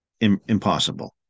impossible